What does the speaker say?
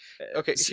Okay